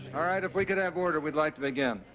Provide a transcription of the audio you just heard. allright if we can have order we'd like to begin.